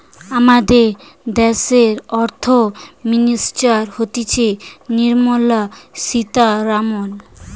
আমাদের দ্যাশের অর্থ মিনিস্টার হতিছে নির্মলা সীতারামন